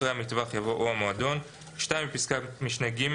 אחרי "המטווח" יבוא "או המועדון"; (2)בפסקת משנה (ג),